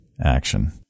action